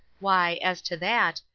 why, as to that,